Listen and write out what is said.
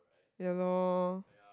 ya lor